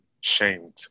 shamed